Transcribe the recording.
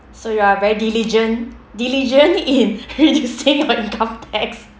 so you're very diligent diligent in reducing your income tax